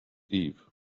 eve